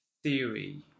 theory